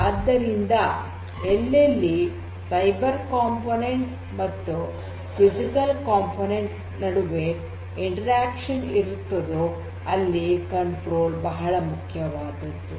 ಆದ್ದರಿಂದ ಎಲ್ಲೆಲ್ಲಿ cyber component ಮತ್ತು ಫಿಸಿಕಲ್ ಕಂಪೋನೆಂಟ್ ನಡುವೆ ಪರಸ್ಪರ ಕ್ರಿಯೆ ಇರುತ್ತದೋ ಅಲ್ಲಿ ನಿಯಂತ್ರಣ ಬಹಳ ಪ್ರಾಮುಖವಾದದ್ದ್ದು